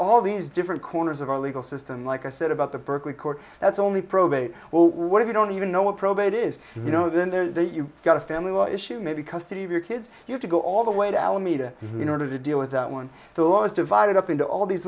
all these different corners of our legal system like i said about the berkeley court that's only probate well what if you don't even know what probate is you know then there you got a family law issue maybe custody of your kids you have to go all the way to alameda in order to deal with that one the law is divided up into all these